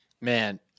Man